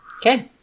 Okay